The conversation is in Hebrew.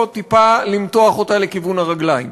או טיפה למתוח אותה לכיוון הרגליים.